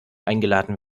eingeladen